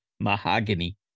Mahogany